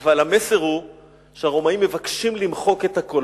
אבל המסר הוא שהרומאים מבקשים למחוק את הכול,